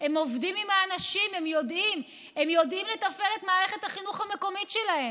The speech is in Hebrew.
הם עובדים עם האנשים והם יודעים לתפעל את מערכת החינוך המקומית שלהם.